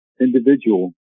individual